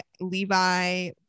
levi